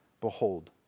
Behold